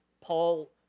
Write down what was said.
Paul